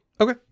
Okay